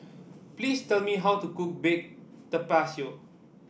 please tell me how to cook Baked Tapioca